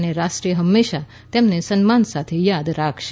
અને રાષ્ટ્ર હંમેશાં તેમને સન્માન સાથે યાદ રાખશે